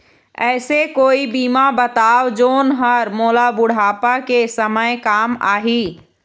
ऐसे कोई बीमा बताव जोन हर मोला बुढ़ापा के समय काम आही?